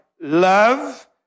love